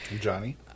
johnny